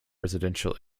residential